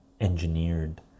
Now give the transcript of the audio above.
engineered